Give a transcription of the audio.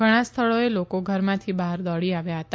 ઘણા સ્થળોએ લોકો ઘરમાંથી બહાર દોડી આવ્યા હતા